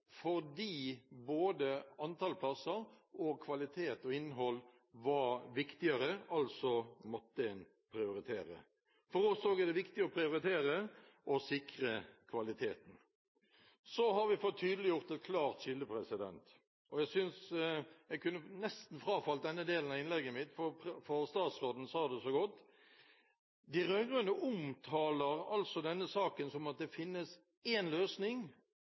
fordi både antall plasser og kvalitet og innhold var viktigere. En måtte altså prioritere. For oss òg er det viktig å prioritere og å sikre kvaliteten. Så har vi fått tydeliggjort et klart skille. Jeg kunne nesten ha frafalt denne delen av innlegget mitt, for statsråden sa det så godt: De rød-grønne omtaler denne saken som om det finnes én løsning,